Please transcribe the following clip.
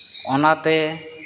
ᱚᱱᱟᱛᱮ